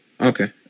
okay